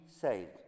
saved